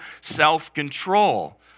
self-control